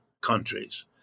countries